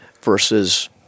versus